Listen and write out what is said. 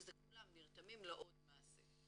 שכולם נרתמים לעוד מעשה.